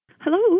Hello